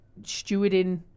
stewarding